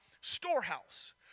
storehouse